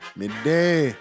midday